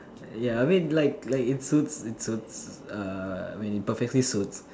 ya I mean like like it suits it suits err when it perfectly suits